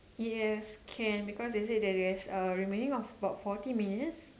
yes can because they say got remaining of about forty minutes